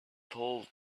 told